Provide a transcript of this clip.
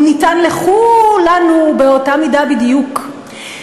הוא ניתן לכו -לנו באותה מידה בדיוק.